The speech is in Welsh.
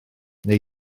neu